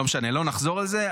לא משנה, לא נחזור על זה.